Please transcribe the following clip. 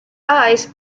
eyes